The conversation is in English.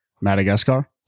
Madagascar